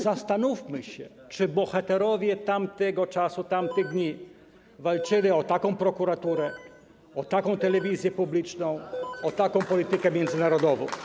Zastanówmy się, czy bohaterowie tamtego czasu, tamtych dni walczyli o taką prokuraturę, o taką telewizję publiczną, o taką politykę międzynarodową.